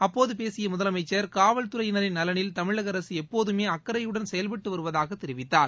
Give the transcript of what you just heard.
அப்போது பேசிய முதலமைச்சர் காவல் துறையினரின் நலனில் தமிழக அரசு எப்போதுமே அக்கறையுடன் செயல்பட்டு வருவதாக தெரிவித்தார்